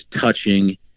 touching